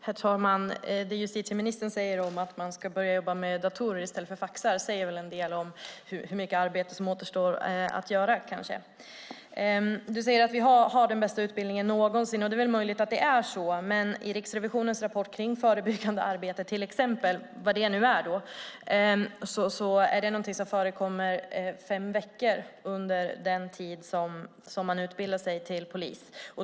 Herr talman! Det justitieministern säger om att man ska börja jobba med datorer i stället för faxar säger kanske en del om hur mycket arbete som återstår att göra. Du säger att vi har den bästa utbildningen någonsin. Det är möjligt att det är så. Men i Riksrevisionens rapport om till exempel det förebyggande arbetet - vad det nu är - är det någonting som förekommer fem veckor under den tid som man utbildar sig till polis.